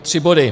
Tři body.